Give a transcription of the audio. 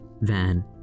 Van